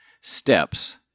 steps